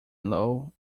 low